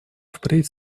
впредь